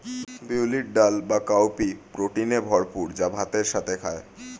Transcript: বিউলির ডাল বা কাউপি প্রোটিনে ভরপুর যা ভাতের সাথে খায়